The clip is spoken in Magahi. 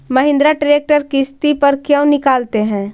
महिन्द्रा ट्रेक्टर किसति पर क्यों निकालते हैं?